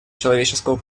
человеческого